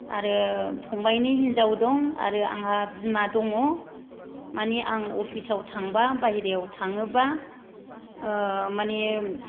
आरो फंबायनि हिनजाव दं आरो आंहा बिमा दङ माने आं अफिसाव थांबा बाहेरायाव थाङोबा माने